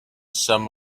some